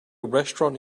restaurant